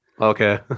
Okay